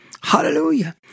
hallelujah